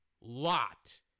lot